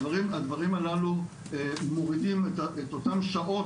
הדברים הללו מורידים את אותם שעות